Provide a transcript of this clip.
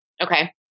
okay